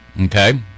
Okay